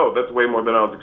ah that's way more than i